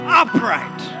upright